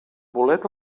bolet